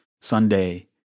Sunday